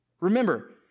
Remember